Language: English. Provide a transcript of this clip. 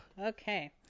Okay